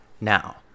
Now